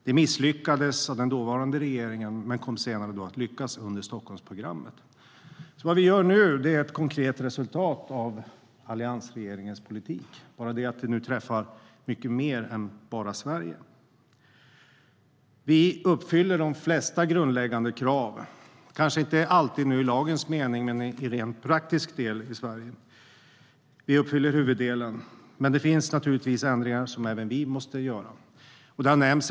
Det misslyckades under den dåvarande regeringen, men det kom senare att lyckas under Stockholmsprogrammet. Vad vi gör nu är ett konkret resultat av alliansregeringens politik; det är bara det att det nu träffar mycket mer än bara Sverige. Vi uppfyller de flesta grundläggande krav, kanske inte alltid i lagens mening men till rent praktisk del, i Sverige. Vi uppfyller huvuddelen. Men det finns naturligtvis ändringar som även vi måste göra. En del har nämnts.